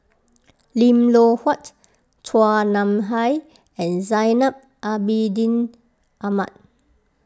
Lim Loh Huat Chua Nam Hai and Zainal Abidin Ahmad